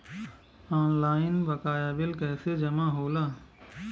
Online बकाया bill कैसे जमा होला?